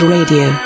Radio